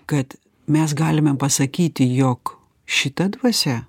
kad mes galime pasakyti jog šita dvasia